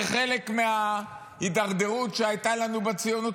זה חלק מההידרדרות שהייתה לנו בציונות